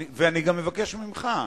אני גם מבקש ממך,